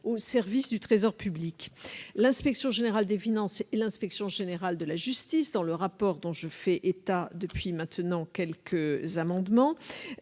au service du Trésor public. L'Inspection générale des finances et l'Inspection générale de la justice, dans le rapport dont je fais état depuis maintenant quelques amendements,